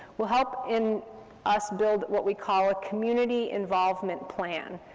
will help in us build what we call a community involvement plan.